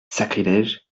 sacrilège